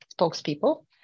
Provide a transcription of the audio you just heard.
spokespeople